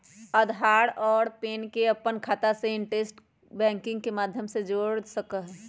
आधार और पैन के अपन खाता से इंटरनेट बैंकिंग के माध्यम से जोड़ सका हियी